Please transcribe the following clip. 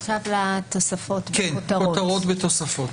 עוברת לכותרות ולתוספות.